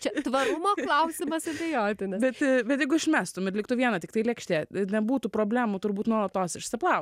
čia tvarumo klausimas abejoti bet jeigu išmestum ir liktų viena tiktai lėkštė nebūtų problemų turbūt nuolatos išsiplaut